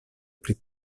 pri